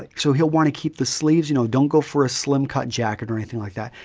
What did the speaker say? like so he'll want to keep the sleeves. you know don't go for a slim cut jacket or anything like that.